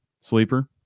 Sleeper